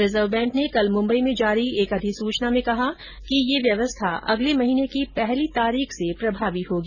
reserve bank ने कल मुम्बई में जारी एक अधिसूचना में कहा कि यह व्यवस्था अगले महीने की पहली तारीख से प्रभावी होगी